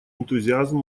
энтузиазм